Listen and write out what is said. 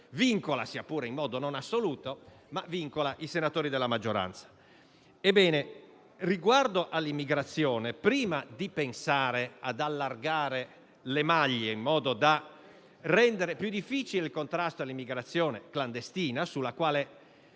vincola, sia pure in modo non assoluto, i senatori della maggioranza. Riguardo all'immigrazione, prima di pensare ad allargare le maglie, in modo da rendere più difficile il contrasto all'immigrazione clandestina, le leggi